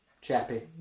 Chappy